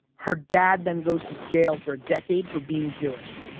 her dad then goes to jail for a decade for being jewish.